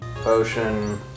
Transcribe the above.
Potion